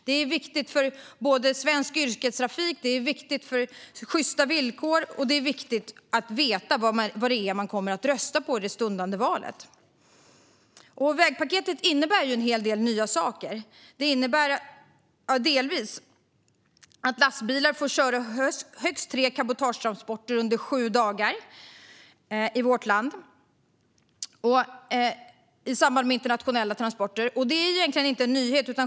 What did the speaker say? Det är viktigt för svensk yrkestrafik, det är viktigt för sjysta villkor och det är viktigt att veta vad det är man kommer att rösta på i det stundande valet. Vägpaketet innebär en hel del nya saker. Det innebär bland annat att lastbilar får köra högst tre cabotagetransporter under sju dagar i vårt land i samband med internationella transporter. Det är egentligen ingen nyhet.